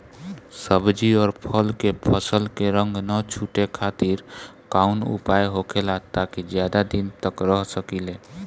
सब्जी और फल के फसल के रंग न छुटे खातिर काउन उपाय होखेला ताकि ज्यादा दिन तक रख सकिले?